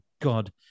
god